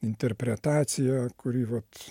interpretaciją kuri vat